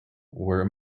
were